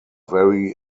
very